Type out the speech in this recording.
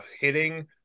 hitting